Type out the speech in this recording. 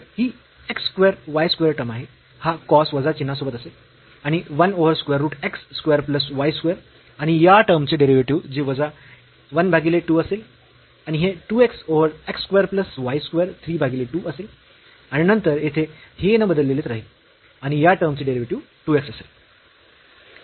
तर ही x square y square term आहे हा cos वजा चिन्हासोबत असेल आणि 1 over square root x square plus y square आणि या टर्म चे डेरिव्हेटिव्ह जे वजा 1 भागीले 2 असेल आणि हे 2 x over x square plus y square 3 भागीले 2 असेल आणि नंतर येथे हे न बदललेच राहील आणि या टर्म चे डेरिव्हेटिव्ह 2 x असेल